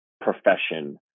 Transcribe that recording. profession